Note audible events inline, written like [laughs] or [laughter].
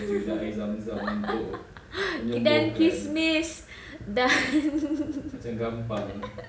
[laughs] and then kismis dan [laughs]